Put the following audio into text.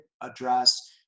address